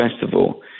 Festival